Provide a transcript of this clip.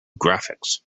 graphics